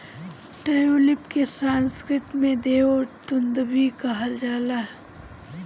tulip के संस्कृत में देव दुन्दुभी कहल जाला